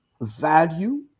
value